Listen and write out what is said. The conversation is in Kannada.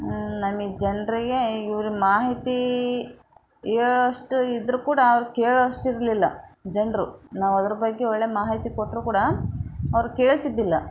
ನಮಗೆ ಜನರಿಗೆ ಇವರು ಮಾಹಿತಿ ಹೇಳೋಷ್ಟು ಇದ್ದರೂ ಕೂಡ ಅವ್ರು ಕೇಳೋವಷ್ಟು ಇರಲಿಲ್ಲ ಜನರು ನಾವು ಅದ್ರ ಬಗ್ಗೆ ಒಳ್ಳೆಯ ಮಾಹಿತಿ ಕೊಟ್ಟರೂ ಕೂಡ ಅವ್ರು ಕೇಳ್ತಿದ್ದಿಲ್ಲ